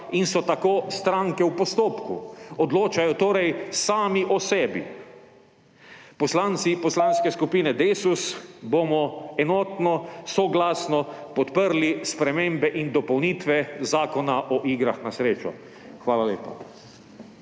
in so tako stranke v postopku. Odločajo torej sami o sebi. Poslanci Poslanske skupine Desus bomo enotno, soglasno podprli spremembe in dopolnitve Zakona o igrah na srečo. Hvala lepa.